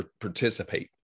participate